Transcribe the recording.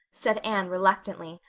said anne reluctantly,